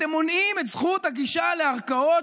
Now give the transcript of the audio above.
אתם מונעים את זכות הגישה לערכאות,